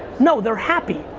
no, they're happy,